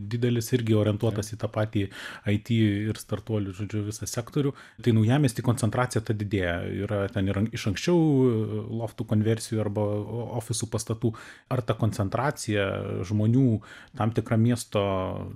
didelis irgi orientuotas į tą patį it ir startuolių žodžiu visą sektorių tai naujamiesty koncentracija ta didėja yra ten ir iš anksčiau loftų konversijų arba ofisų pastatų ar ta koncentracija žmonių tam tikra miesto